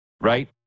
Right